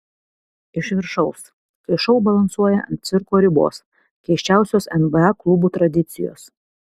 iš viršaus kai šou balansuoja ant cirko ribos keisčiausios nba klubų tradicijos